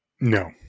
No